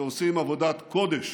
שעושים עבודת קודש